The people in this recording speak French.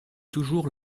toujours